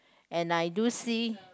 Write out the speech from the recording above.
and I do see